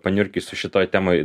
paniurkysiu šitoj temoj